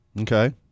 Okay